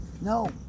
no